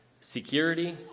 security